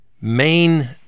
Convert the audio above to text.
main